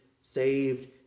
saved